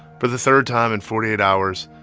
for the third time in forty eight hours,